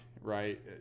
right